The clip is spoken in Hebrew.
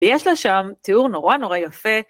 ויש לה שם תיאור נורא נורא יפה.